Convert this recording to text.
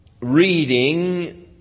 reading